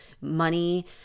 money